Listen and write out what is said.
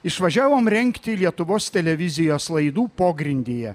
išvažiavom rengti lietuvos televizijos laidų pogrindyje